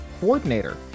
coordinator